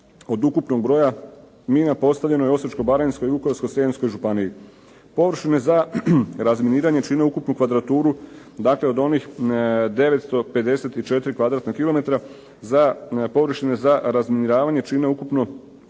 od ukupnog broja mina postavljeno je u Osječko-baranjskoj i Vukovarsko-srijemskoj županiji. Površine za razminiranje čine ukupnu kvadraturu, dakle od onih 954 kvadratna kilometra, za površine za razminiravanje čine ukupno